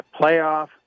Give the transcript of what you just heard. playoff